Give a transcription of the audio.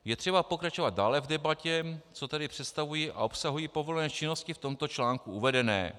Je třeba pokračovat dále v debatě, co tedy představují a obsahují povolené činnosti v tomto článku uvedené.